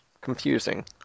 confusing